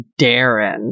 Darren